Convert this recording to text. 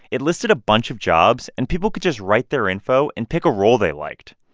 it listed a bunch of jobs, and people could just write their info and pick a role they liked.